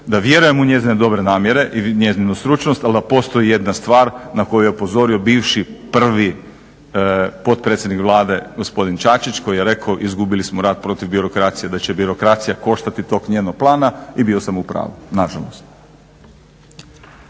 da vjerujem u njezine dobre namjere i njezinu stručnost ali da postoji jedna stvar na koju je upozorio bivši prvi potpredsjednik Vlade gospodin Čačić koji je rekao izgubili smo rat protiv birokracije, da će birokracija koštati tog njenog plana i bio sam u pravu, nažalost.